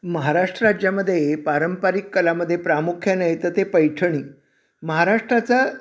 महाराष्ट्र राज्यामध्ये पारंपरिक कलांमध्ये प्रामुख्याने येतं ते पैठणी महाराष्ट्राचा